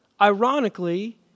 ironically